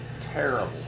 terrible